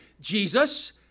Jesus